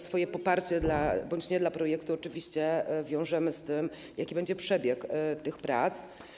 Swoje poparcie bądź nie dla projektu oczywiście wiążemy z tym, jaki będzie przebieg tych prac.